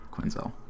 Quinzel